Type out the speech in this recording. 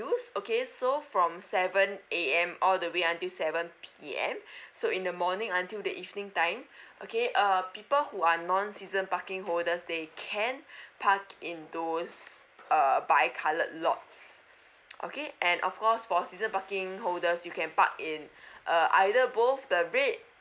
okay so from seven A_M all the way until seven P_M so in the morning until the evening time okay uh people who are non season parking holders they can park in those err bi coloured lots okay and of course for season parking holders you can park in a either both the red